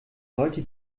sollte